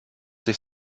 sich